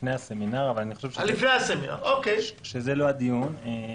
לפני הסמינר אבל אני חושב שזה לא הדיון -- לא,